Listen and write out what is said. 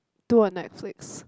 two on Netflix